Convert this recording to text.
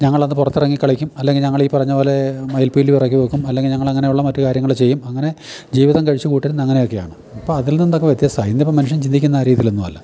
ഞങ്ങളന്ന് പുറത്തിറങ്ങി കളിക്കും അല്ലെങ്കിൽ ഞങ്ങളീ പറഞ്ഞ പോലെ മയിൽപീലി പെറുക്കി വെക്കും അല്ലെങ്കിൽ ഞങ്ങളങ്ങനെയുള്ള മറ്റ് കാര്യങ്ങൾ ചെയ്യും അങ്ങനെ ജീവിതം കഴിച്ച് കൂട്ടിയിരുന്നത് അങ്ങനൊക്കെയാണ് ഇപ്പം അതിൽനിന്നൊക്ക വ്യത്യസ്തായി ഇന്നിപ്പം മനുഷ്യൻ ചിന്തിക്കുന്നത് ആ രീതിയിലൊന്നും അല്ല